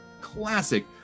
classic